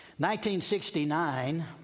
1969